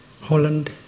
Holland